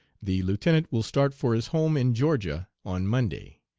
the lieutenant will start for his home in georgia on monday.